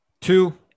Two